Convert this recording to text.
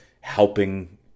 helping